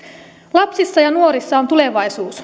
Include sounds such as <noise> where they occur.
lapsissa ja nuorissa on tulevaisuus <unintelligible>